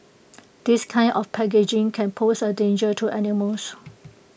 this kind of packaging can pose A danger to animals